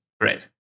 Great